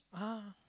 (uh huh)